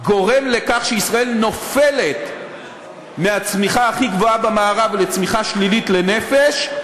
גורם לכך שישראל נופלת מהצמיחה הכי גבוהה במערב לצמיחה שלילית לנפש,